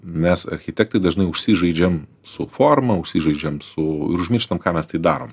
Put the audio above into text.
mes architektai dažnai užsižaidžiam su forma užsižaidžiam su ir užmirštam ką mes tai darom